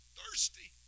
thirsty